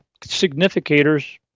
significators